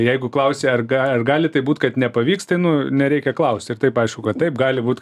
jeigu klausi ar ga ar gali taip būt kad nepavyks tai nu nereikia klaust ir taip aišku kad taip gali būt